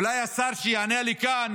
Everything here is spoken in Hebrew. אולי השר שיענה לי כאן